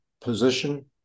position